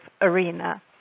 arena